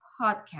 podcast